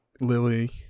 Lily